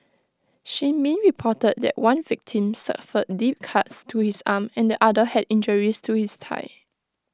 shin min reported that one victim suffered deep cuts to his arm and the other had injuries to his thigh